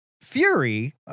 Fury